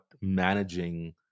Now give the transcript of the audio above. managing